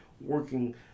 working